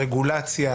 הרגולציה